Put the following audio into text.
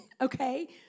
okay